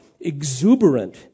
exuberant